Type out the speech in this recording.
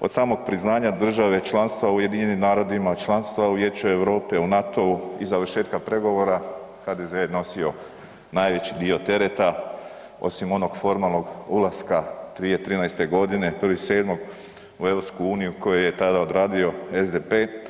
od samog priznanja države, članstva u UN-u, članstva u Vijeću Europe, u NATO-u i završetka pregovora HDZ je nosio najveći dio tereta osim onog formalnog ulaska 2013. godine 1.7. u EU koju je tada odradio SDP.